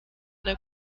der